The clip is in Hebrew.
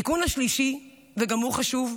התיקון השלישי, וגם הוא חשוב,